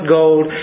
gold